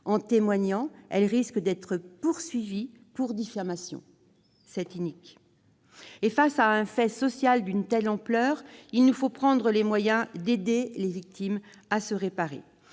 En témoignant, elle risque d'être poursuivie pour diffamation ; c'est inique ! Devant un fait social d'une telle ampleur, il faut prendre les moyens d'aider les victimes à se réparer.